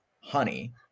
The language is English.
honey